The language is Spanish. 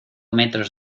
metros